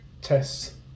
tests